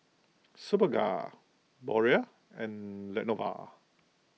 Superga Biore and Lenovo